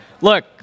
Look